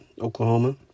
Oklahoma